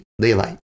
daylight